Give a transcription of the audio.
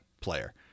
player